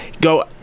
go